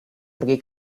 pergi